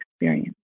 experience